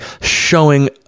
showing